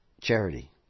Charity